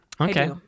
Okay